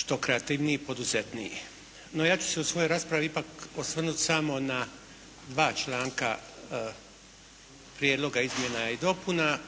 što kreativniji i poduzetniji. No, ja ću se u svojoj raspravi ipak osvrnut samo na dva članka prijedloga izmjena i dopuna.